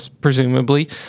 presumably